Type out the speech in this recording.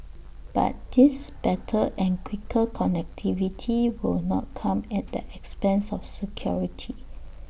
but this better and quicker connectivity will not come at the expense of security